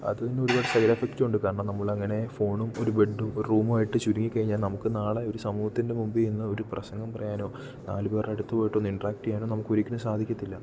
അതിന് ഒരുപാട് സൈഡെഫ്ക്ട് ഉണ്ട് കാരണം നമ്മൾ എങ്ങനെ ഫോണും ഒരു ബെഡും ഒ രു റൂമും ആയിട്ട് ചുരുങ്ങിക്കഴിഞ്ഞാൽ നമുക്ക് നാളെ ഒരു സമൂഹത്തിൻ്റെ മന്ന് ഒരു പ്രസംഗം പറയാനോ നാല് പേരുടെ അടുത്തത് പോയിട്ടൊന്ന് ഇൻട്രാക്റ്റ് നോ നമുക്ക് ഒരിക്കലും സാധിക്കത്തില്ല